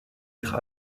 être